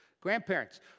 grandparents